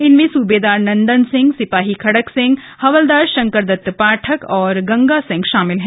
इनमें सूबेदार नंदन सिंह सिपाही खड़क सिंह ध हवलदार शंकर दत पाठक और गंगा सिंह शामिल हैं